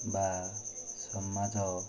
ବା ସମାଜ